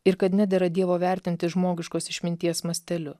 ir kad nedera dievo vertinti žmogiškos išminties masteliu